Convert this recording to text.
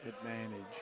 advantage